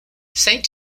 saint